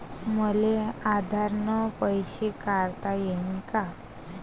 मले आधार न पैसे काढता येईन का?